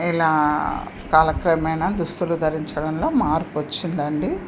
ఇలా కాలక్రమేణ దుస్తులు ధరించడంలో మార్పు వచ్చింది అండి